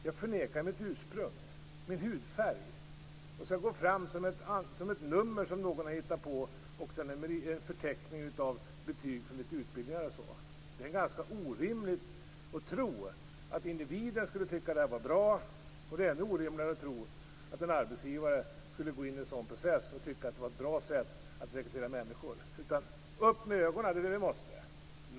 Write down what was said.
Man förnekar sitt ursprung och sin hudfärg och går fram som ett nummer som någon har hittat på med en förteckning av betyg från utbildningar osv. Det är ganska orimligt att tro att individen skulle tycka att detta är bra. Det är ännu orimligare att tro att en arbetsgivare skulle gå in i en sådan process och tycka att det var ett bra sätt att rekrytera människor. Upp med ögonen! Det är det vi måste göra.